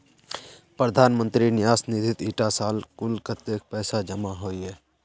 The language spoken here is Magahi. प्रधानमंत्री न्यास निधित इटा साल कुल कत्तेक पैसा जमा होइए?